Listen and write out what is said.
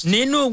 Nino